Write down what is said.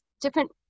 different